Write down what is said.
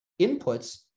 inputs